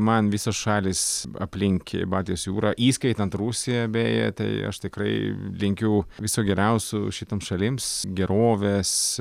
man visos šalys aplink baltijos jūrą įskaitant rusiją beje tai aš tikrai linkiu viso geriausio šitoms šalims gerovės